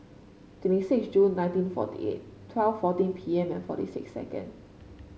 twenty six June nineteen forty eight twelve fourteen P M and forty six second